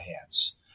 hands